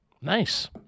nice